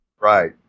Right